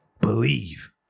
believe